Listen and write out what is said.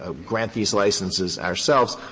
ah grant these licenses ourselves,